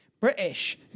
British